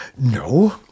No